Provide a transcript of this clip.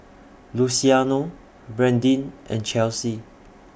Luciano Brandyn and Chelsey